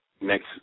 next